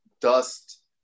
dust